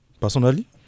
personally